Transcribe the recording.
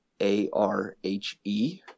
A-R-H-E